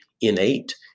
innate